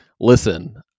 Listen